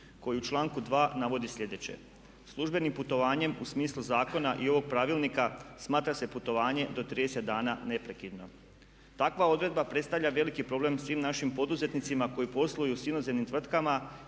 koji u članku 2. navodi sljedeće. Službenim putovanjem u smislu zakona i ovog Pravilnika smatra se putovanje do 30. dana neprekidno. Takva odredba predstavlja veliki problem svim našim poduzetnicima koji posluju sa inozemnim tvrtkama